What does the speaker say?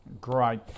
Great